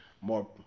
more